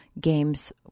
Games